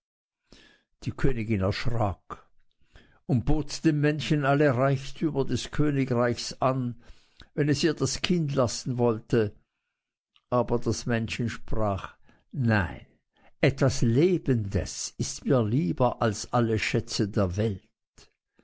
die königin erschrak und bot dem männchen alle reichtümer des königreichs an wenn es ihr das kind lassen wollte aber das männchen sprach nein etwas lebendes ist mir lieber als alle schätze der welt